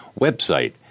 website